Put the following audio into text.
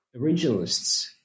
originalists